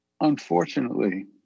unfortunately